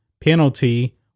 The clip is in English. penalty